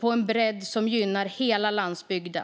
på en bredd som gynnar hela landsbygden.